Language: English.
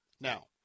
Now